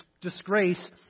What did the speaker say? disgrace